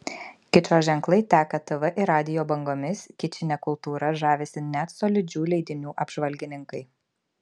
kičo ženklai teka tv ir radijo bangomis kičine kultūra žavisi net solidžių leidinių apžvalgininkai